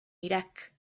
irak